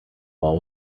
wall